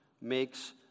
makes